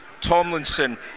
Tomlinson